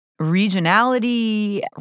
regionality